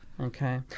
Okay